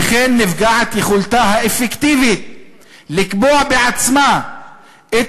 שכן נפגעת יכולתה האפקטיבית לקבוע בעצמה את